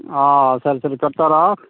సరే సరే పెడతారా